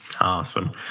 Awesome